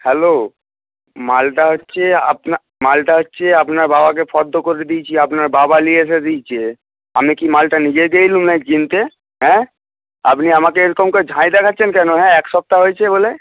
hello মালটা হচ্ছে আপনা মালটা হচ্ছে আপনার বাবাকে ফর্দ করে দিয়েছি আপনার বাবা নিয়ে এসে দিয়েছে আমি কি মালটা নিজে গেছিলাম নাকি কিনতে হ্যাঁ আপনি আমাকে এরকম করে ঝাঁজ দেখাচ্ছেন কেন হ্যাঁ এক সপ্তাহ হয়েছে বলে